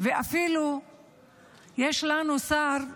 ואפילו יש לנו שר שמתגאה.